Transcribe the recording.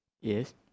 Yes